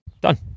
Done